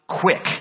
quick